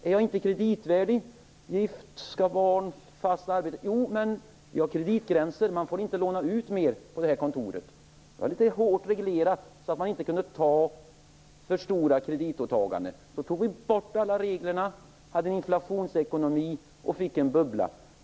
Är jag inte kreditvärdig, som är gift, har fast arbete och skall ha barn? Jo, men det finns en kreditgräns. Vi får inte låna ut mer på det här kontoret. Det var alltså hårt reglerat, så att man inte kunde göra för stora kreditåtaganden. Sedan tog vi bort alla regler, hade en inflationsekonomi och fick en bubbla.